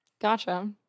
gotcha